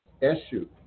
Issue